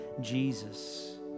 Jesus